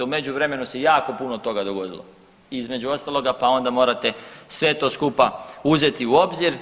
U međuvremenu se jako puno toga dogodilo i između ostaloga, pa onda morate sve to skupa uzeti u obzir.